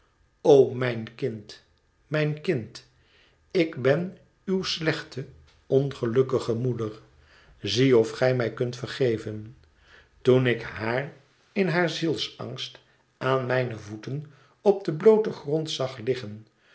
o mijn kind mijn kind ik ben uwe slechte ongelukkige moeder zie of gij mij kunt vergeven toen ik haar in haar zielsangst aan mijne voeten op den blooten grond zag liggen